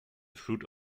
fruit